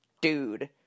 dude